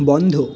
বন্ধ